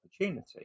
opportunity